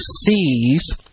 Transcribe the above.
sees